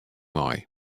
mei